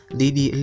didi